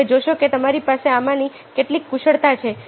તમે જોશો કે તમારી પાસે આમાંની કેટલીક કુશળતા છે